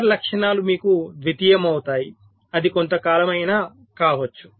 ఇతర లక్షణాలు మీకు ద్వితీయమవుతాయి అది కొంతకాలం అయినా కావచ్చు